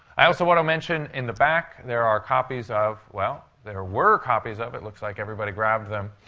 i also want to mention, in the back, there are copies of well, there were copies of it. looks like everybody grabbed them.